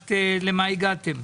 לדעת למה הגעתם.